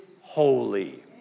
holy